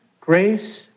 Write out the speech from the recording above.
grace